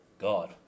God